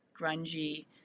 grungy